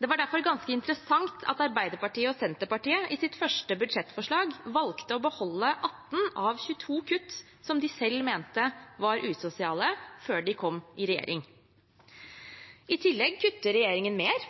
Det var derfor ganske interessant at Arbeiderpartiet og Senterpartiet i sitt første budsjettforslag valgte å beholde 18 av 22 kutt som de selv mente var usosiale før de kom i regjering. I tillegg kutter regjeringen mer,